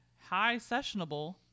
high-sessionable